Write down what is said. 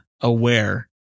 aware